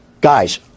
guys